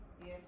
yes